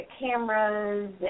cameras